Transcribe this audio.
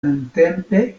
nuntempe